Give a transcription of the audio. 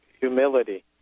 humility